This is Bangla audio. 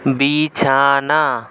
বিছানা